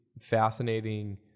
fascinating